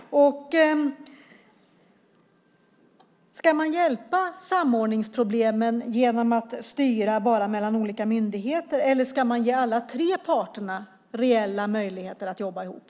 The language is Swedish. Ska man avhjälpa samordningsproblemen bara genom att styra mellan olika myndigheter? Eller ska man ge alla tre parter reella möjligheter att jobba ihop?